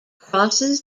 crosses